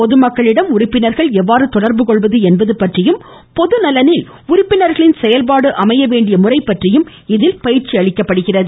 பொதுமக்களிடம் எவ்வாறு தொடர்பு கொள்வது என்பது பற்றியும் பொதுநலனில் உறுப்பினர்களின் செயல்பாடு அமையவேண்டிய முறை பற்றியும் இதில் பயிற்சி அளிக்கப்படுகிறது